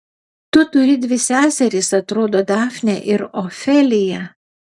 tu turi dvi seseris atrodo dafnę ir ofeliją